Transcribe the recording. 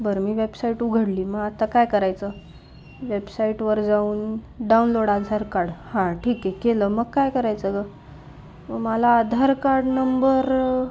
बरं मी वेबसाईट उघडली मग आता काय करायचं वेबसाईटवर जाऊन डाउनलोड आधार कार्ड ठीक आहे केलं मग काय करायचं गं म मला आधार कार्ड नंबर